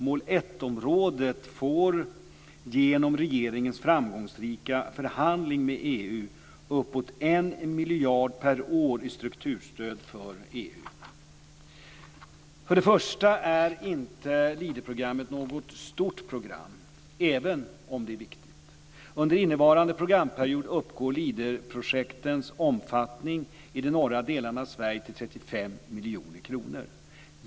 Mål 1-området får genom regeringens framgångsrika förhandling med EU uppåt en miljard per år i strukturstöd från EU. För det första är inte Leaderprogrammet något stort program, även om det är viktigt. Under innevarande programperiod uppgår Leaderprojektens omfattning i de norra delarna av Sverige till 35 miljoner kronor.